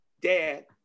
dad